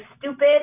stupid